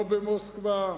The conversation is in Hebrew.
לא במוסקבה,